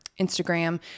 Instagram